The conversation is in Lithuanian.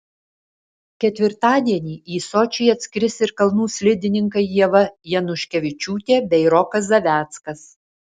ketvirtadienį į sočį atskris ir kalnų slidininkai ieva januškevičiūtė bei rokas zaveckas